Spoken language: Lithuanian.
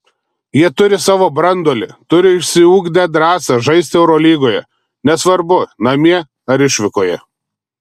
jie turi savo branduolį turi išsiugdę drąsą žaisti eurolygoje nesvarbu namie ar išvykoje